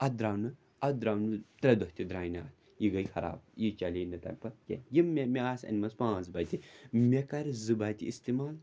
اَتھ درٛاو نہٕ اَتھ درٛاو نہٕ ترٛےٚ دۄہ تہِ درٛاے نہٕ اَتھ یہِ گٔے خراب یہِ چَلے نہٕ تَمہِ پَتہٕ کینٛہہ یِم مےٚ مےٚ آسہٕ اَنِمَژٕ پانٛژھ بَتہِ مےٚ کَرِ زٕ بَتہِ استعمال